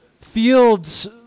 fields